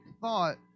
thought